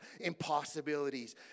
impossibilities